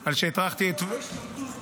על שהטרחתי -- מה עם חוק ההשתמטות, רוטמן?